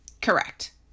Correct